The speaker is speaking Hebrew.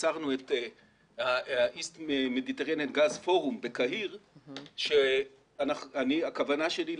יצרנו את פורום המזרח התיכון לגז בקהיר והכוונה שלי היא